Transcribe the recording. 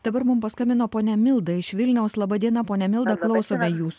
dabar mum paskambino ponia milda iš vilniaus laba diena ponia milda klausome jūsų